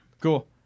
Cool